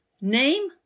Name